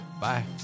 bye